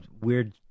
weird